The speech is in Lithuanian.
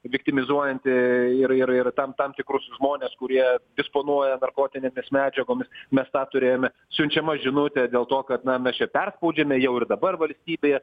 viktimizuojanti ir ir ir tam tam tikrus žmones kurie disponuoja narkotinėmis medžiagomis mes tą turėjome siunčiama žinutė dėl to kad na mes čia perspaudžiame jau ir dabar valstybė